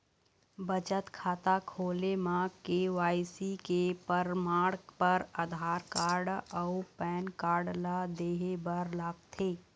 बचत खाता खोले म के.वाइ.सी के परमाण बर आधार कार्ड अउ पैन कार्ड ला देहे बर लागथे